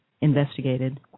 investigated